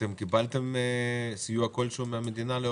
אתם קיבלתם סיוע כלשהו מהמדינה?